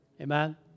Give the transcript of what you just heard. Amen